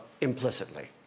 implicitly